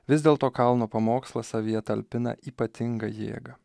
vis dėlto kalno pamokslas savyje talpina ypatingą jėgą